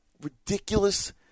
ridiculous